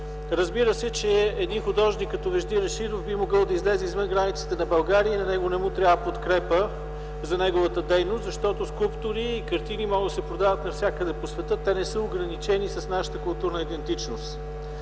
Разбира се, че един художник като Вежди Рашидов би могъл да излезе извън границите на България и на него не му трябва подкрепа за неговата дейност, защото скулптори и картини може да се продават навсякъде по света. Те не са ограничени с нашата културна идентичност.